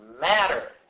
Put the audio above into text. matter